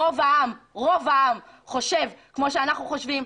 רוב העם חושב כמו שאנחנו חושבים.